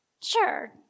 Sure